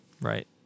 Right